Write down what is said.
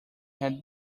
had